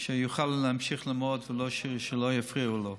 שהוא יוכל להמשיך ללמוד ושלא יפריעו לו.